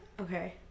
Okay